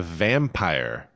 vampire